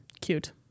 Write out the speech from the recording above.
Cute